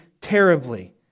terribly